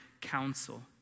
Counsel